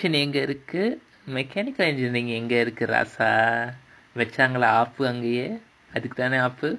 aviation எங்க இருக்கு:enga irukku mechanical engineering எங்க இருக்கு:enga iruku வச்சாங்களா ஆப்பு அதுக்குத்தானே வச்சாங்க ஆப்பு:vachaangalaa aapu adhukuthaanae vachaanga aapu